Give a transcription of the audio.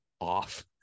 off